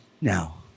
Now